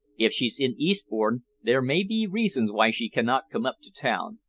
if she's in eastbourne, there may be reasons why she cannot come up to town.